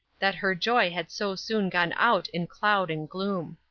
that her joy had so soon gone out in cloud and gloom.